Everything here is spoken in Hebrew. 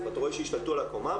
השתלטה על העקומה,